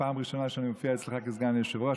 פעם ראשונה שאני מופיע אצלך כסגן יושב-ראש.